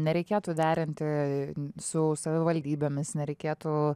nereikėtų derinti su savivaldybėmis nereikėtų